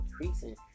increasing